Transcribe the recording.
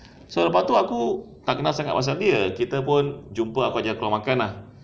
so lepas tu aku tak kenal sangat pasal dia kita pun jumpa ah ajak keluar makan ah